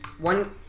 One